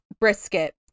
brisket